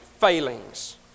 failings